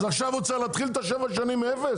אז עכשיו הוא צריך להתחיל את השבע שנים מאפס?